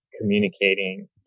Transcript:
communicating